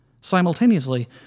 Simultaneously